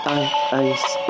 ice